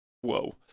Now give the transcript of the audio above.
Whoa